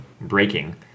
breaking